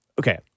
Okay